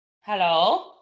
Hello